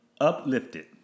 Uplifted